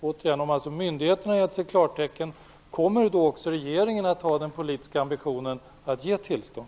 Återigen: Om myndigheterna har gett sitt klartecken, kommer då regeringen att ha den politiska ambitionen att ge tillstånd?